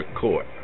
Court